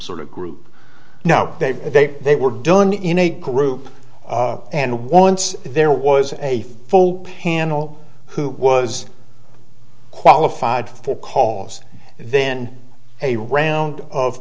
sort of group now that they they were done in a group and once there was a full panel who was qualified for cause then a round of